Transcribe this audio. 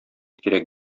кирәк